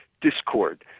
discord